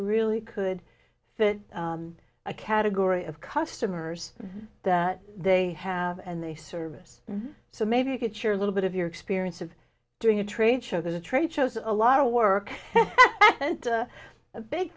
really could fit a category of customers that they have and they service so maybe you could share a little bit of your experience of doing a trade show that a trade shows a lot of work and a big